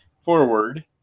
forward